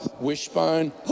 Wishbone